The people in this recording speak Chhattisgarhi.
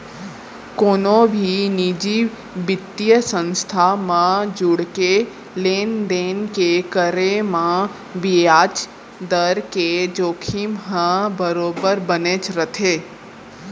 कोनो भी निजी बित्तीय संस्था म जुड़के लेन देन के करे म बियाज दर के जोखिम ह बरोबर बनेच रथे